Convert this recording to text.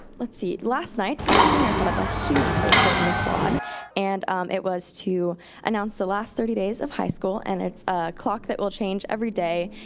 let's see, last night, our seniors set up a huge poster in the quad and it was to announce the last thirty days of high school and it's a clock that will change every day,